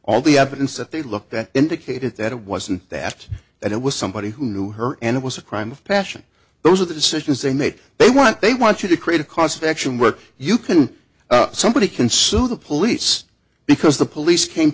all the evidence that they looked that indicated that it wasn't that that it was somebody who knew her and it was a crime of passion those are the decisions they made they want they want you to create a cause of action where you can somebody can sue the police because the police came